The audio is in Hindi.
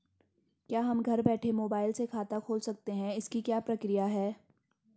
क्या हम घर बैठे मोबाइल से खाता खोल सकते हैं इसकी क्या प्रक्रिया है?